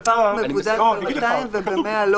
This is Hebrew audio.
אני שואל אותך מקצועית: למה לא 200?